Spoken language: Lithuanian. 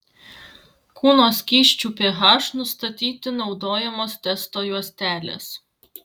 kūno skysčių ph nustatyti naudojamos testo juostelės